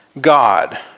God